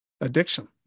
addiction